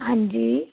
ਹਾਂਜੀ